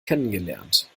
kennengelernt